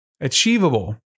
Achievable